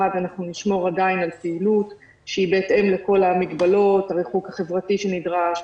נשמור עדיין על פעילות שהיא בהתאם לכל המגבלות הריחוק החברתי שנדרש,